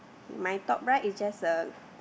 okay my top right is just a